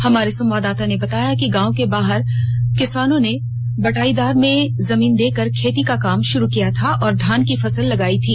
हमारे संवाददाता ने बताया कि गांव के बारह किसानों ने बटाईदार में जमीन देकर खेती का काम शुरू किया था और धान की फसल लगाई थी